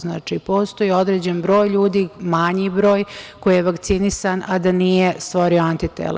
Znači, postoji određen broj ljudi, manji broj, koji je vakcinisan, a da nije stvorio antitela.